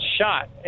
shot